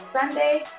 Sunday